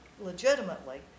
legitimately